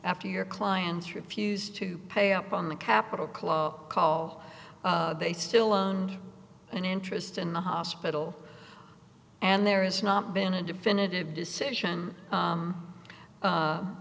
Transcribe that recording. after your clients refused to pay up on the capital clock they still own an interest in the hospital and there is not been a definitive decision